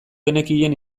genekien